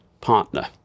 partner